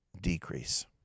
decrease